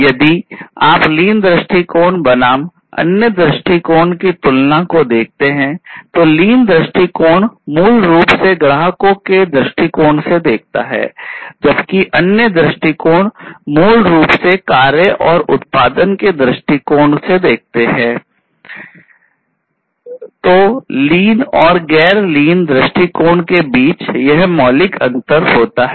यदि आप लीन दृष्टिकोण के बीच यह मौलिक अंतर होता है